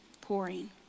pouring